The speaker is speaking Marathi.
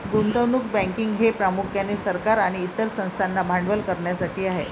गुंतवणूक बँकिंग हे प्रामुख्याने सरकार आणि इतर संस्थांना भांडवल करण्यासाठी आहे